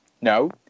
no